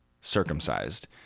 circumcised